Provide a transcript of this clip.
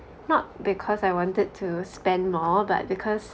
not because I wanted to spend more but because